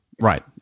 right